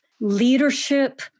leadership